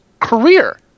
career